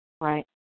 Right